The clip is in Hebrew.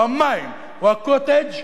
או המים, או ה"קוטג'",